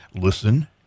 Listen